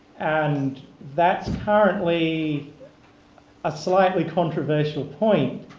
and that's currently a slightly controversial point.